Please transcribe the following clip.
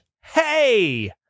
hey